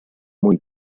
muy